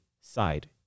side